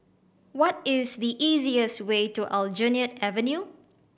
what is the easiest way to Aljunied Avenue